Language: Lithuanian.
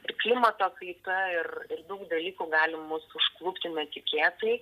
ir klimato kaita ir ir daug dalykų gali mus užklupti netikėtai